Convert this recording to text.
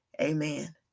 Amen